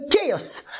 chaos